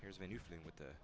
here's a new thing with the